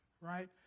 right